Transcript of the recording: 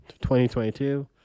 2022